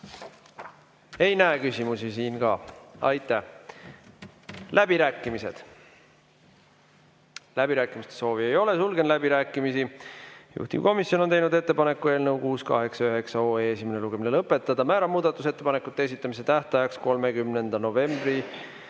Ei näe küsimusi siin ka. Aitäh! Läbirääkimised. Läbirääkimiste soovi ei ole, sulgen läbirääkimised. Juhtivkomisjon on teinud ettepaneku eelnõu 689 esimene lugemine lõpetada. Määran muudatusettepanekute esitamise tähtajaks 30. novembri